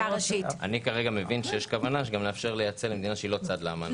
אני כרגע מבין שיש כוונה לאפשר לייצא גם למדינה שהיא לא צד לאמנה.